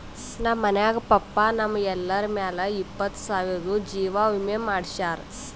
ನಮ್ ಮನ್ಯಾಗ ಪಪ್ಪಾ ನಮ್ ಎಲ್ಲರ ಮ್ಯಾಲ ಇಪ್ಪತ್ತು ಸಾವಿರ್ದು ಜೀವಾ ವಿಮೆ ಮಾಡ್ಸ್ಯಾರ